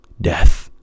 death